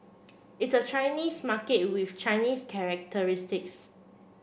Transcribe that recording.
it's a Chinese market with Chinese characteristics